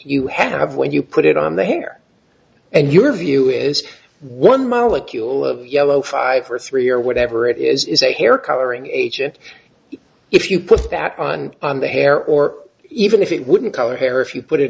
you have when you put it on the hair and your view is one molecule of yellow five or three or whatever it is a hair coloring agent if you put that on the hair or even if it wouldn't color hair if you put it